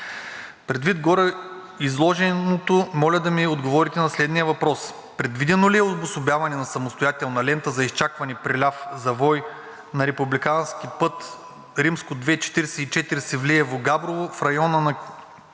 Предвид гореизложеното моля да ми отговорите на следния въпрос: предвидено ли е обособяване на самостоятелна лента за изчакване при ляв завой на републикански път II-44 Севлиево – Габрово в района на 20,2